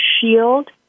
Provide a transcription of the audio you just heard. shield